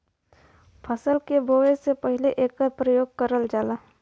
फसल के बोवे से पहिले एकर परियोग करल जाला